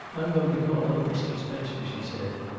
i'm going to call up mr. spencer, she said.